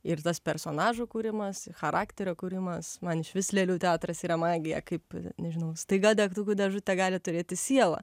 ir tas personažų kūrimas charakterio kūrimas man išvis lėlių teatras yra magija kaip nežinau staiga degtukų dėžutė gali turėti sielą